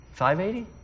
580